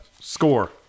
score